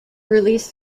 released